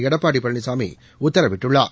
எடப்பாடி பழனிசாமி உத்தரவிட்டுள்ளார்